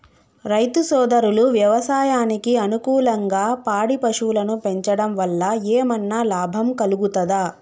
రైతు సోదరులు వ్యవసాయానికి అనుకూలంగా పాడి పశువులను పెంచడం వల్ల ఏమన్నా లాభం కలుగుతదా?